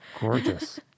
gorgeous